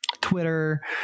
Twitter